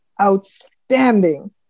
outstanding